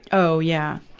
oh, yeah.